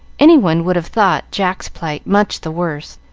any one would have thought jack's plight much the worse,